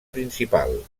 principal